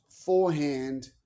forehand